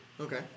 Okay